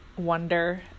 wonder